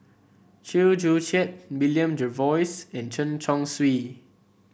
Chew Joo Chiat William Jervois and Chen Chong Swee